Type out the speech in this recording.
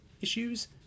issues